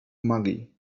magii